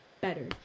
better